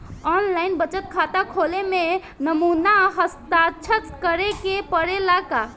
आन line बचत खाता खोले में नमूना हस्ताक्षर करेके पड़ेला का?